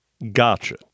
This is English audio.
Gotcha